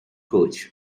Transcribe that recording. coach